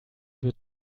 wird